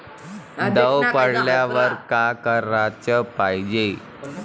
दव पडल्यावर का कराच पायजे?